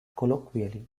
colloquially